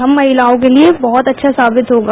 हम महिलाओं के लिए बहत अच्छा साबित होगा